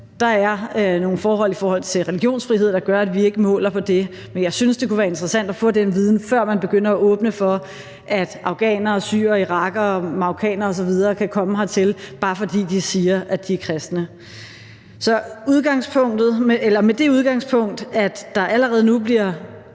Der er nogle forhold i forhold til religionsfrihed, der gør, at vi ikke måler på det, men jeg synes, det kunne være interessant at få den viden, før man begynder at åbne for, at afghanerne, syrere, irakere, marokkanere osv. kan komme hertil, bare fordi de siger, at de er kristne. Med det udgangspunkt, at der allerede nu bliver